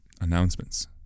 Announcements